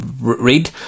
read